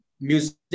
music